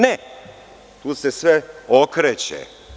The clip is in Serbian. Ne, tu se sve okreće.